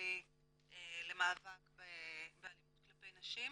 הבין-לאומי למאבק באלימות כלפי נשים.